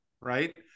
Right